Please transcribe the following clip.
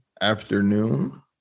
afternoon